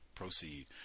proceed